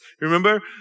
remember